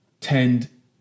tend